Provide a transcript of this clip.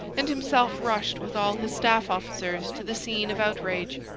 and himself rushed with all his staff officers to the scene of outrage.